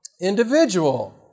Individual